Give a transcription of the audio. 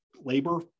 labor